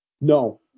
No